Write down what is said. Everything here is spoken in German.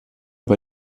bei